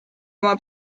oma